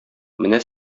менә